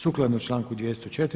Sukladno članku 204.